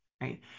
right